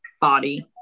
body